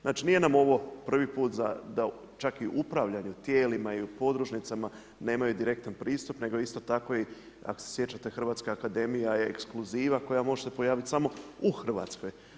Znači, nije nam ovo prvi put da čak i upravljanje tijelima i u podružnicama nemaju direktan pristup nego isto tako i ako se sjećate Hrvatska akademija je ekskluziva koja može se pojaviti samo u Hrvatskoj.